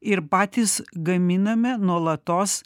ir patys gaminame nuolatos